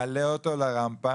מעלה אותו לרמפה,